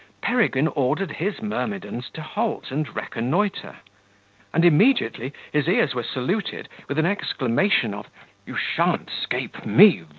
peregrine ordered his myrmidons to halt and reconnoitre and immediately his ears were saluted with an exclamation of you shan't scape me,